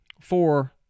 Four